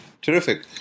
Terrific